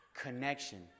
Connection